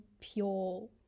pure